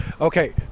Okay